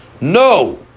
No